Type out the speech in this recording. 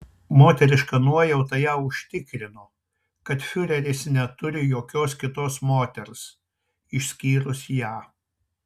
moteriška nuojauta ją užtikrino kad fiureris neturi jokios kitos moters išskyrus ją